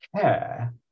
care